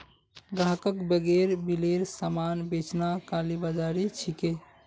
ग्राहकक बेगैर बिलेर सामान बेचना कालाबाज़ारी छिके